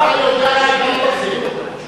אתה יודע שגם בחינוך,